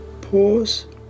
Pause